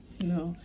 No